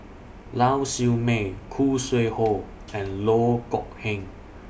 Lau Siew Mei Khoo Sui Hoe and Loh Kok Heng